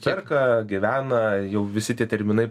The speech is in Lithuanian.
perka gyvena jau visi tie terminai